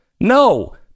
no